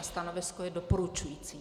Stanovisko je doporučující.